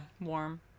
Warm